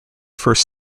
first